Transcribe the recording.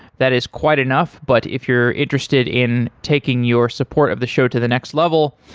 that is quite enough, but if you're interested in taking your support of the show to the next level,